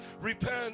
Repent